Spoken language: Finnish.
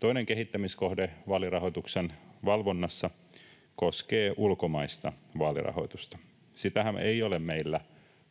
Toinen kehittämiskohde vaalirahoituksen valvonnassa koskee ulkomaista vaalirahoitusta. Sitähän ei ole